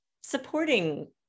supporting